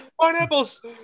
Pineapples